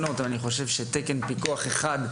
תקן פיקוח אחד,